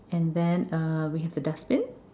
and then uh we have the dustbin